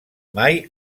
mai